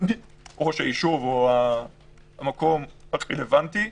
ראש היישוב או המקום הרלוונטי.